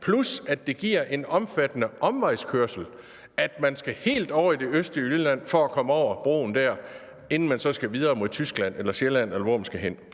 plus at det giver en omfattende omvejskørsel, at man skal helt over i det østlige Jylland for at komme over broen der, inden man så skal videre mod Tyskland, Sjælland, eller hvor man skal hen.